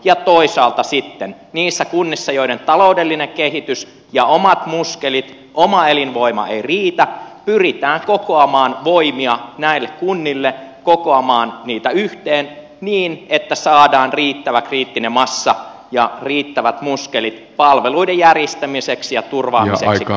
ja toisaalta sitten niissä kunnissa joiden taloudellinen kehitys ja omat muskelit oma elinvoima eivät riitä pyritään kokoamaan voimia näille kunnille kokoamaan niitä yhteen niin että saadaan riittävä kriittinen massa ja riittävät muskelit palveluiden järjestämiseksi ja turvaamiseksi kaikille